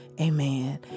Amen